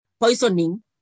poisoning